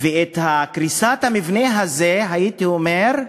קריסת המבנה הזה, הייתי אומר,